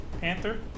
Panther